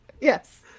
Yes